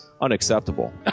unacceptable